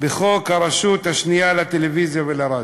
בחוק הרשות השנייה לטלוויזיה ורדיו,